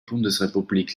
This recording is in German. bundesrepublik